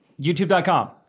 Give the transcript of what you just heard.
YouTube.com